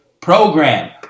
program